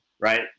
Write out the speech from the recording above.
right